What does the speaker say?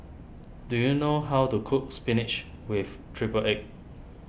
do you know how to cook Spinach with Triple Egg